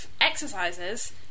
exercises